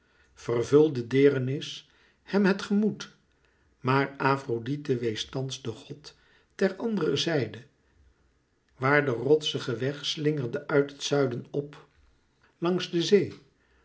vervulde deerenis hem het gemoed maar afrodite wees thans den god ter andere zijde waar de rotsige weg slingerde uit het zuiden op langs de zee